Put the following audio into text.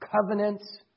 covenants